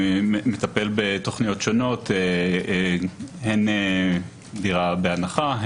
מטפל בתכניות שונות: הן דירה בהנחה,